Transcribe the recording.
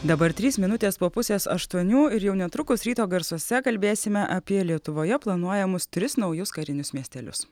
dabar trys minutės po pusės aštuonių ir jau netrukus ryto garsuose kalbėsime apie lietuvoje planuojamus tris naujus karinius miestelius